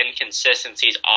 inconsistencies